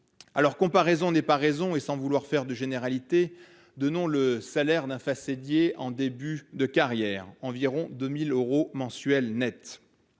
vie. Comparaison n'étant pas raison, sans vouloir faire de généralités, donnons le salaire d'un façadier en début de carrière : environ 2 000 euros mensuels net.